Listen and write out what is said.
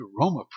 Aroma